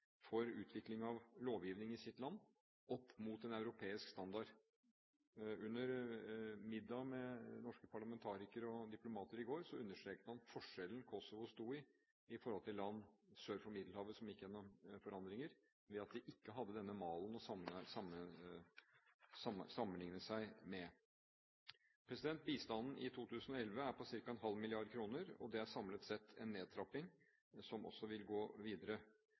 for utvikling av lovgivning i sitt land opp mot en europeisk standard. Under middagen med norske parlamentarikere og diplomater i går understreket han forskjellen på hvor Kosovo sto i forhold til land sør for Middelhavet som gikk gjennom forandringer, ved at de ikke hadde denne malen å sammenligne seg med. Bistanden i 2011 er på ca. en halv milliard kroner, og det er samlet sett en nedtrapping som også vil gå videre.